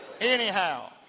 Anyhow